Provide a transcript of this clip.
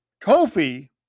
Kofi